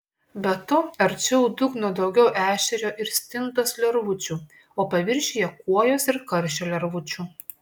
be to arčiau dugno daugiau ešerio ir stintos lervučių o paviršiuje kuojos ir karšio lervučių